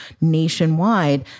nationwide